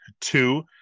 two